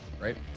Right